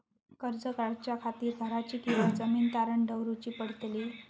कर्ज काढच्या खातीर घराची किंवा जमीन तारण दवरूची पडतली?